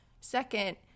second